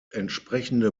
entsprechende